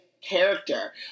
character